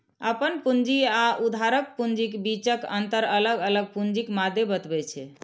अपन पूंजी आ उधारक पूंजीक बीचक अंतर अलग अलग पूंजीक मादे बतबै छै